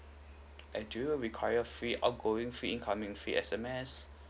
and do you require free out going free incoming free S_M_S